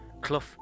Clough